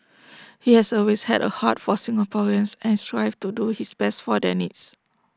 he has always had A heart for Singaporeans and strives to do his best for their needs